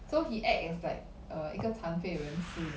so he act as like a 一个残废人士